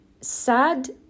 Sad